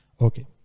Okay